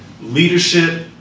leadership